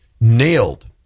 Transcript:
nailed